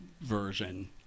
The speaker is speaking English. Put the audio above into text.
Version